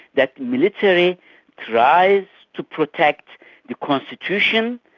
that military tries to protect the constitution,